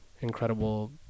incredible